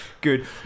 good